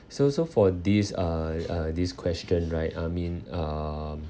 so so for this uh uh this question right I mean um